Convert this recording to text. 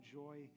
joy